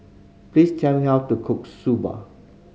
please tell me how to cook Soba